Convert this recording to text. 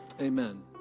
Amen